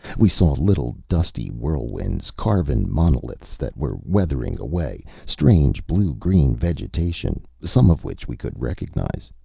we saw little dusty whirlwinds, carven monoliths that were weathering away, strange blue-green vegetation, some of which we could recognize.